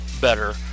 better